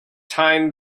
time